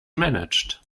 managed